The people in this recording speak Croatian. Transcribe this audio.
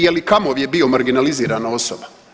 Je li Kamov bio marginalizirana osoba?